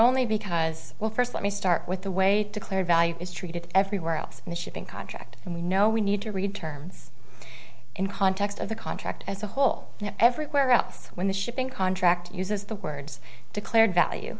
only because well first let me start with the way declared value is treated everywhere else in the shipping contract and we know we need to read terms in context of the contract as a whole everywhere else when the shipping contract uses the words declared value